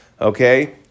Okay